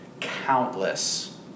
countless